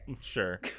Sure